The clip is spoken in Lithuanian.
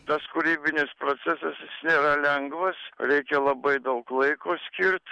tas kūrybinis procesas jis nėra lengvas reikia labai daug laiko skirt